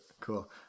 Cool